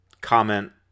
comment